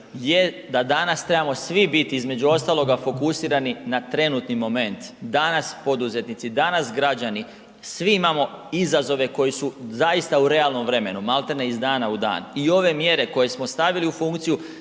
je da danas trebamo svi biti između ostaloga fokusirani na trenutni moment. Danas poduzetnici, danas građani svi imamo izazove koji su u realnom vremenu, maltene iz dana u dan i ove mjere koje smo stavili u funkciju